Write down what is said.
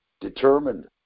determined